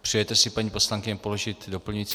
Přejete si, paní poslankyně, položit doplňující otázku?